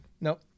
Nope